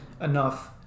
enough